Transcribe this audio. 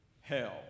hell